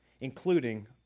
including